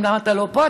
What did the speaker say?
אומנם אתה לא פה,